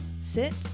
sit